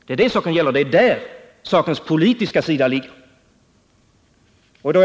Det är sakens politiska sida.